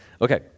Okay